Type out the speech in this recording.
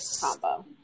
combo